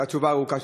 כשהתשובה ארוכה.